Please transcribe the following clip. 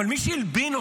אבל מי שהלבין אותו,